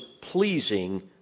pleasing